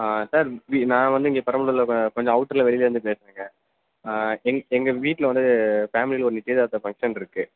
ஆ sir வி நான் வந்து இங்கே பெரம்பலூரில் கொஞ்சம் அவுட்டரில் வெளியில் இருந்து பேசுகிறேன்ங்க எங்கள் எங்கள் வீட்டில் வந்து ஃபேமிலியில் ஒரு நிச்சியதார்த்தம் ஃபங்க்ஷன் இருக்குது